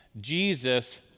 Jesus